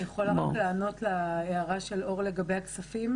אני יכולה רק לענות להערה של אור לגבי הכספים?